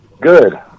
Good